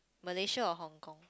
Malaysia or Hong-Kong